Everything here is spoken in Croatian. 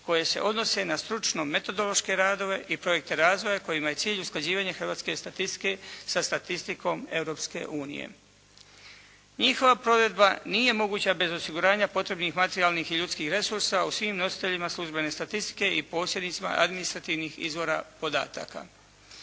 koje se odnose na stručno-metodološke radove i projekte razvoja kojima je cilj usklađivanje hrvatske statistike sa statistikom Europske unije. Njihova provedba nije moguća bez osiguranja potrebnih materijalnih i ljudskih resursa u svim nositeljima službene statistike i posjednicima administrativnih izvora podataka.